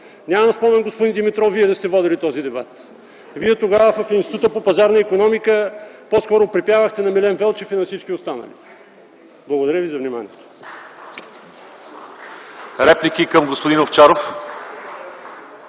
нямам спомен Вие да сте водил този дебат. Тогава Вие в Института по пазарна икономика по-скоро припявахте на Милен Велчев и на всички останали. Благодаря Ви за вниманието.